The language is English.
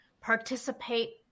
participate